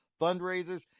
fundraisers